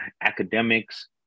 academics